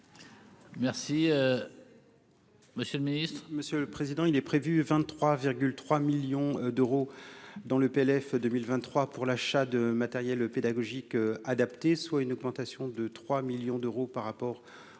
Merci, monsieur le Ministre.